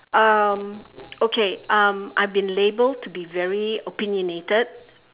um okay um I've been labelled to be very opinionated